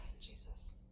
Jesus